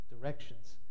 directions